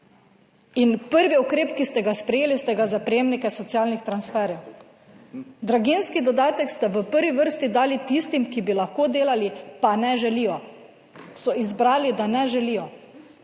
in prvi ukrep, ki ste ga sprejeli, ste ga za prejemnike socialnih transferjev. Draginjski dodatek ste v prvi vrsti dali tistim, ki bi lahko delali, pa ne želijo, so izbrali, da ne želijo,